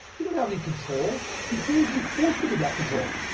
you don't have any control. you gave you forfeited that control.